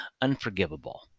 unforgivable